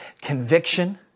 conviction